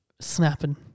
Snapping